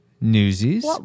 Newsies